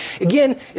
Again